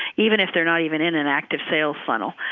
even if they're not even in an active sales funnel.